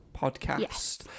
podcast